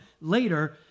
later